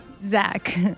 Zach